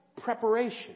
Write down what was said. preparation